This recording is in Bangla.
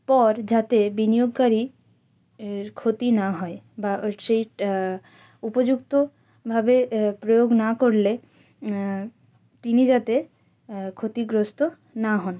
পর যাতে বিনিয়োগকারী এর ক্ষতি না হয় বা ওই সেইটা উপযুক্তভাবে প্রয়োগ না করলে তিনি যাতে ক্ষতিগ্রস্ত না হন